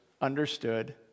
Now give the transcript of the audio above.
understood